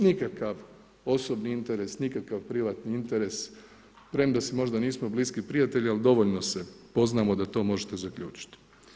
Nikakvi osobni interes nikakva privatni interes, premda si možda nismo bliski prijatelji, ali dovoljno se poznamo da to možete zaključiti.